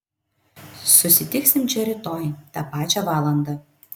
susitiksim čia rytoj tą pačią valandą